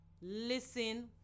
listen